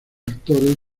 actores